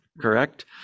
correct